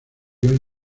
ion